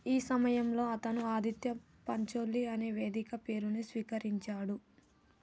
ఈ సమయంలో అతను ఆదిత్య పంచోలి అనే వేదిక పేరును స్వీకరించాడు